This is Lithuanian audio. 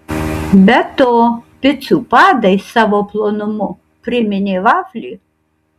be to picų padai savo plonumu priminė vaflį